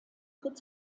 tritt